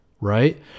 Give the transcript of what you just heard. right